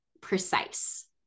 precise